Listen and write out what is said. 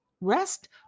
rest